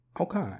Okay